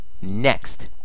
Next